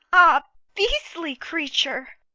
ah, beastly creature,